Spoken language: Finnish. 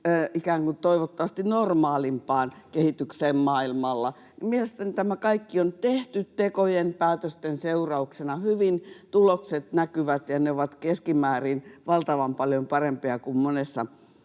palaamme toivottavasti normaalimpaan kehitykseen maailmalla — mielestäni tämä kaikki on tehty tekojen ja päätösten seurauksena hyvin, tulokset näkyvät ja ne ovat keskimäärin valtavan paljon parempia kuin monessa